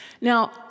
Now